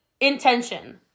intention